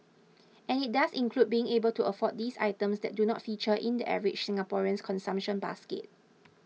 and it does include being able to afford those items that do not feature in the average Singaporean's consumption basket